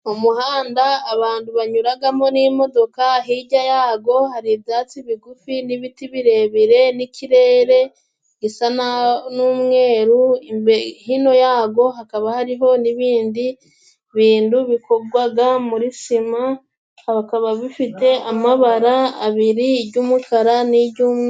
Mu muhanda abantu banyuragamo n'imodoka hijya yagwo hari ibyatsi bigufi n'ibiti birebire n'ikirere gisa n'umweru ,hino yagwo hakaba hariho n'ibindi bintu bikogwaga muri sima akaba bifite amabara abiri ijy'umukara n'ijy'umweru.